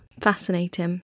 fascinating